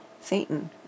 Satan